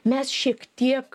mes šiek tiek